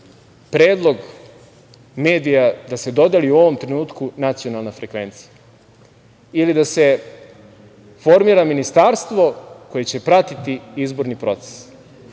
predlog medija da se dodeli u ovom trenutku nacionalna frekvencija, ili da se formira ministarstvo koje će pratiti izborni proces.